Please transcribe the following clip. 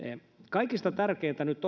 kaikista tärkeintä nyt